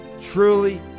truly